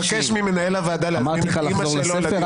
אמרתי לך לחזור לספר.